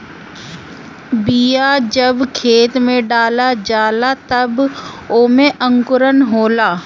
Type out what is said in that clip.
बिया जब खेत में डला जाला तब ओमे अंकुरन होला